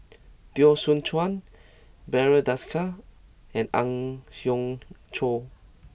Teo Soon Chuan Barry Desker and Ang Hiong Chiok